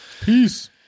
peace